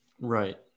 right